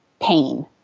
pain